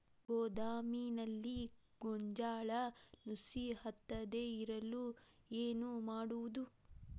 ಗೋದಾಮಿನಲ್ಲಿ ಗೋಂಜಾಳ ನುಸಿ ಹತ್ತದೇ ಇರಲು ಏನು ಮಾಡುವುದು?